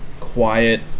quiet